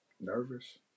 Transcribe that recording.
nervous